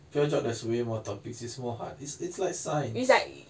pure geog there's way more topics it's more hard it's it's like science